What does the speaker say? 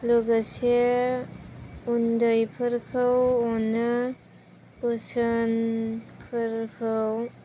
लोगोसे उन्दैफोरखौ अनो बोसोनफोरखौ